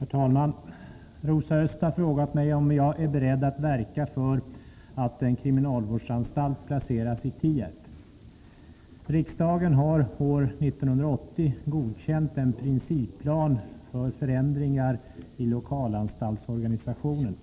Herr talman! Rosa Östh har frågat mig om jag är beredd att verka för att en kriminalvårdsanstalt placeras i Tierp. Riksdagen har år 1980 godkänt en principplan för förändringar i lokalanstaltsorganisationen.